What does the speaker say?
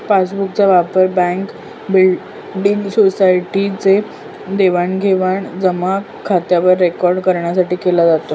passbook चा वापर bank, building, society चे देवाणघेवाण जमा खात्यावर रेकॉर्ड करण्यासाठी केला जातो